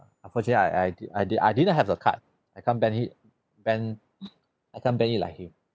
unfortunately I I didn't I didn't I didn't have the cut I can't bend it bend I can't bend it like him